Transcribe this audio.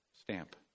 stamp